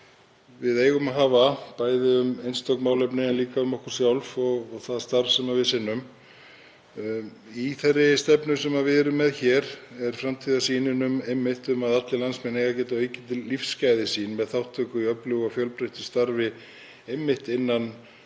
við eigum að hafa, bæði um einstök málefni en líka um okkur sjálf og það starf sem við sinnum, þá er í þeirri stefnu sem við erum með hér framtíðarsýn um að allir landsmenn eigi að geta aukið lífsgæði sín með þátttöku í öflugu og fjölbreyttu starfi innan